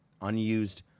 unused